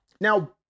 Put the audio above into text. Now